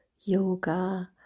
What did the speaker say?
Yoga